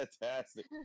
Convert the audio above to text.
fantastic